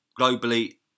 globally